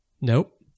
Nope